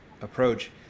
approach